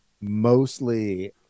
Mostly